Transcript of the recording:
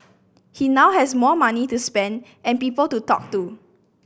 he now has more money to spend and people to talk to